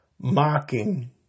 mocking